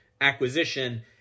acquisition